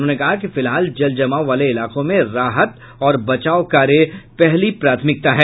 उन्होंने कहा कि फिलहाल जल जमाव वाले इलाकों में राहत और बचाव कार्य पहली प्राथमिकता है